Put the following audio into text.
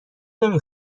نمی